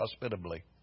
hospitably